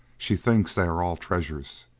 she thinks they are all treasures,